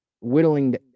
whittling